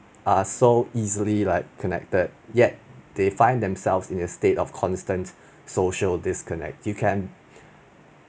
are so easily like connected yet they find themselves in a state of constant social disconnect you can